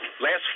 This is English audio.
Last